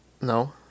No